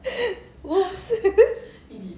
!oops!